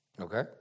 Okay